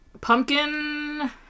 Pumpkin